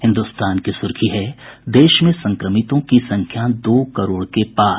हिन्दुस्तान की सुर्खी है देश में संक्रमितों की संख्या दो करोड़ के पार